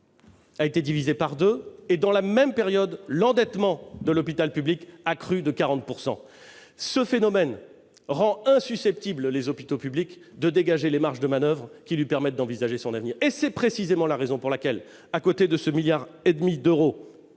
a été divisé par deux et, dans la même période, l'endettement de l'hôpital public a crû de 40 %. Ce phénomène rend les hôpitaux publics insusceptibles de dégager les marges de manoeuvre qui leur permettent d'envisager leur avenir. C'est précisément la raison pour laquelle, à côté de ces 1,5 milliard d'euros,